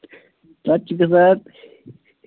تتھ چھِ گَژھان